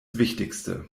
wichtigste